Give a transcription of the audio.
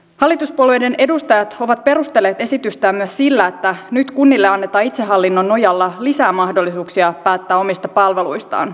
hallituspuolueiden edustajat ovat perustelleet esitystään myös sillä että nyt kunnille annetaan itsehallinnon nojalla lisää mahdollisuuksia päättää omista palveluistaan